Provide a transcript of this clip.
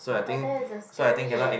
!wah! that is a scary eh